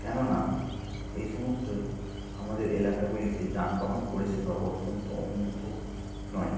কেননা এই সমস্ত আমাদের এলাকাগুলিতে যানবাহন পরিষেবা অত্যন্ত উন্নত নয়